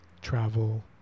travel